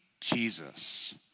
Jesus